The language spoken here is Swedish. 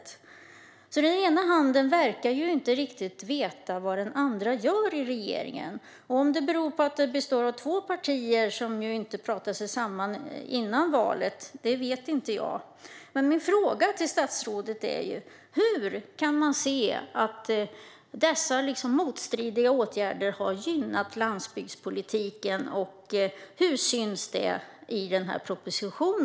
I regeringen verkar inte den ena handen riktigt veta vad den andra gör. Jag vet inte om det beror på att regeringen består av två partier som inte pratade sig samman för valet. Min fråga till statsrådet är: Hur ser vi att dessa motstridiga åtgärder har gynnat landsbygdspolitiken, och hur syns det i denna proposition?